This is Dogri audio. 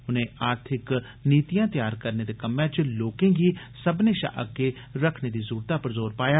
उनें आर्थिक नीतिआं तैयार करने दे कम्मै च लोकें गी सब्भनें शा अग्गे रक्खने दी जरूरतै पर बी जोर पाया